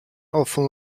often